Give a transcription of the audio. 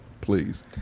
please